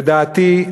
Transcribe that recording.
לדעתי,